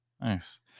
Nice